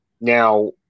Now